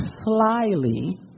slyly